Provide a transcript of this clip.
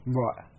right